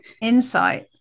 insight